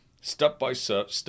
step-by-step